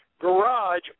garage